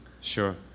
Sure